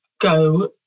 go